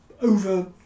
over